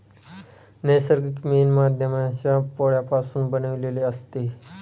नैसर्गिक मेण हे मधमाश्यांच्या पोळापासून बनविलेले असते